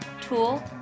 tool